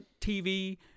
TV